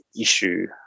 issue